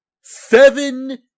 Seven